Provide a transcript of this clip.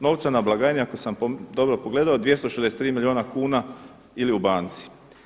Novca na blagajni ako sam dobro pogledao 263 milijuna kuna ili u banci.